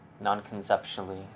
non-conceptually